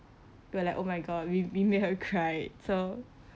but like oh my god we we made her cry so